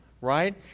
right